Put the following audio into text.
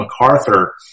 macarthur